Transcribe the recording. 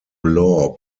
law